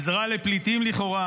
עזרה לפליטים לכאורה,